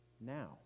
now